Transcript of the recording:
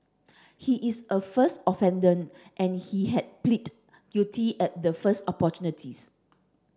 he is a first offender and he has pleaded guilty at the first opportunities